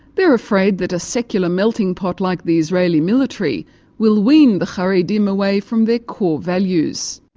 they're afraid that a secular melting pot like the israeli military will wean the haredim away from their core values.